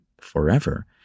forever